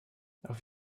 auf